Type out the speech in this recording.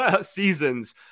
seasons